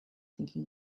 thinking